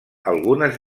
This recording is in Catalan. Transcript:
algunes